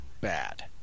bad